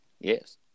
Yes